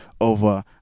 over